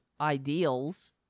ideals